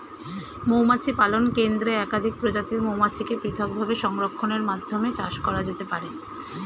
মৌমাছি পালন কেন্দ্রে একাধিক প্রজাতির মৌমাছিকে পৃথকভাবে সংরক্ষণের মাধ্যমে চাষ করা যেতে পারে